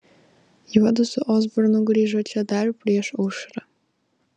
juodu su osbornu grįžo čia dar prieš aušrą